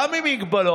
גם עם הגבלות,